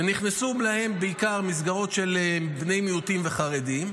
ונכנסו להם בעיקר מסגרות של בני מיעוטים וחרדים.